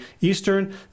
Eastern